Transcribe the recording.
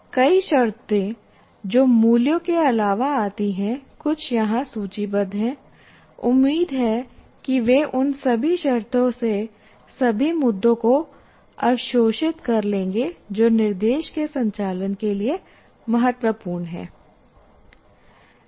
कई शर्तें जो मूल्यों के अलावा आती हैं कुछ यहां सूचीबद्ध हैं उम्मीद है कि वे उन सभी शर्तों के सभी मुद्दों को अवशोषित कर लेंगे जो निर्देश के संचालन के लिए महत्वपूर्ण हैं